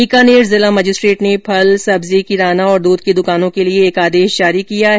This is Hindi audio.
बीकानेर जिला मजिस्ट्रेट ने फल सब्जी किराना और दूध की दुकानों के लिए एक आदेश जारी किया है